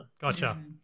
Gotcha